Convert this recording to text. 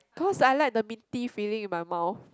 cause I like the minty feeling in my mouth